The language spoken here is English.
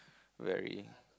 very